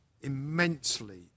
immensely